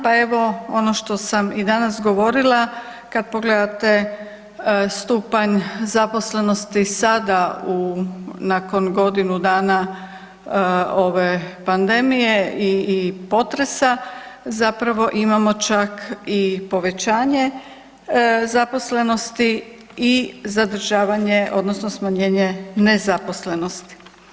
Pa evo i ono što sam i danas govorila kad pogledate stupanj zaposlenosti sada nakon godinu dana ove pandemije i potresa zapravo imamo čak i povećanje zaposlenosti i zadržavanje, odnosno smanjenje nezaposlenosti.